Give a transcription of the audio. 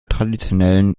traditionellen